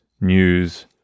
news